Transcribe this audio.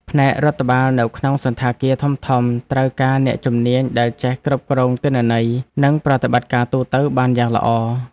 ផ្នែករដ្ឋបាលនៅក្នុងសណ្ឋាគារធំៗត្រូវការអ្នកជំនាញដែលចេះគ្រប់គ្រងទិន្នន័យ និងប្រតិបត្តិការទូទៅបានយ៉ាងល្អ។